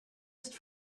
ist